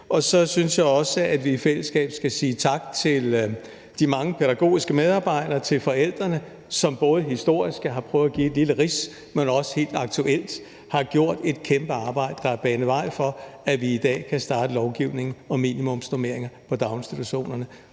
Og så synes jeg også, at vi i fællesskab skal sige tak til de mange pædagogiske medarbejdere, til forældrene, som både historisk – jeg har prøvet at give et lille rids – men også helt aktuelt har gjort et kæmpe arbejde, der har banet vej for, at vi i dag kan starte lovgivning om minimumsnormeringer i daginstitutionerne.